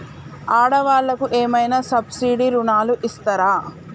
ఆడ వాళ్ళకు ఏమైనా సబ్సిడీ రుణాలు ఇస్తారా?